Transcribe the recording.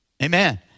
Amen